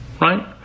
Right